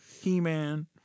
He-Man